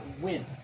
win